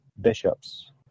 bishops